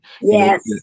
Yes